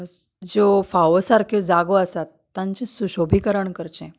ज्यो फाव सारको जागो आसा तांचें सुशोभीकरण करचें